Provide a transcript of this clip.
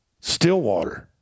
Stillwater